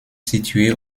situés